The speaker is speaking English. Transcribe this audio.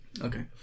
Okay